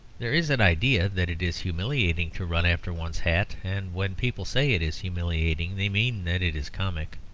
there is an idea that it is humiliating to run after one's hat and when people say it is humiliating they mean that it is comic.